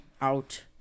out